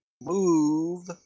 move